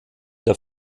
der